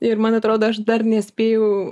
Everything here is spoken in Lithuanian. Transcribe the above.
ir man atrodo aš dar nespėjau